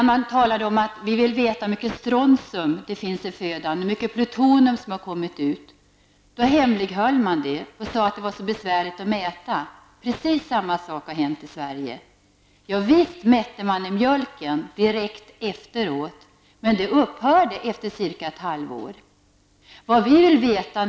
Man ville också veta hur mycket strontium som det finns i födan och hur mycket plutonium som kommit ut. Då hemlighöll man informationen och sade att det är så svårt att mäta. Precis samma sak har hänt i Sverige. Visst mätte man halterna i mjölken direkt efter olyckan, men efter ungefär ett halvår upphörde mätningarna.